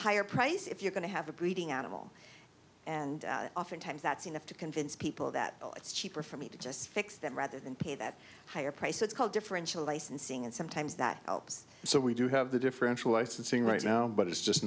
higher price if you're going to have a breeding animal and oftentimes that's enough to convince people that it's cheaper for me to just fix them rather than pay that higher price so it's called differential licensing and sometimes that helps so we do have the differential licensing right now but it's just